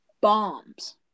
bombs